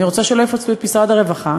אני רוצה שלא יפצלו את משרד הרווחה,